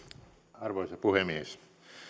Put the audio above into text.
arvoisa puhemies